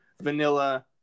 vanilla